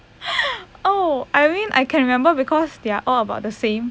oh irene I can remember because they are all about the same